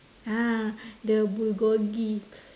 ya the bulgogi